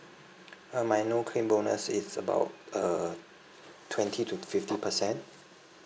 uh my no claim bonus is about uh twenty to fifty percent